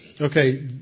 Okay